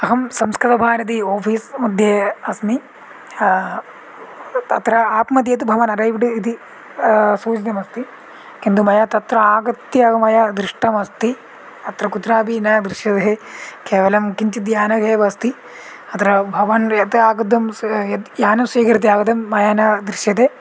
अहं संस्कृतभारती ओफ़ीस्मध्ये अस्मि तत्र आप्मध्ये तु भवान् अरैवड् इति सूचितम् अस्ति किन्तु मया तत्र आगत्य मया दृष्टमस्ति अत्र कुत्रापि न दृश्यते केवलं किञ्चिद्यानम् एव अस्ति अत्र भवान् यत् आगतं से यत् यानं स्वीकृत्य आगतं मया न दृश्यते